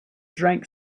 drank